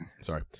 sorry